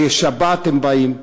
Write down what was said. בשבת הם באים,